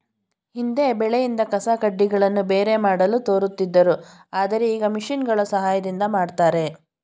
ಹಿಂದೆ ಬೆಳೆಯಿಂದ ಕಸಕಡ್ಡಿಗಳನ್ನು ಬೇರೆ ಮಾಡಲು ತೋರುತ್ತಿದ್ದರು ಆದರೆ ಈಗ ಮಿಷಿನ್ಗಳ ಸಹಾಯದಿಂದ ಮಾಡ್ತರೆ